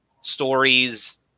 stories